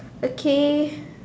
okay